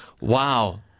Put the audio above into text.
Wow